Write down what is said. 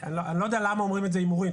אני לא יודע למה קוראים לזה הימורים,